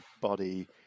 body